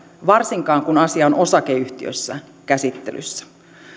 varsinkaan kun asia on osakeyhtiössä käsittelyssä